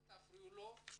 אל תפריעו לו.